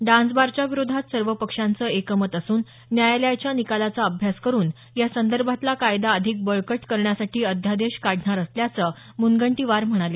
डान्सबारच्या विरोधात सर्व पक्षांचं एकमत असून न्यायालयाच्या निकालाचा अभ्यास करून यासंदर्भातला कायदा अधिक बळकट करण्यासाठी अध्यादेश काढणार असल्याचं मुनगंटीवार म्हणाले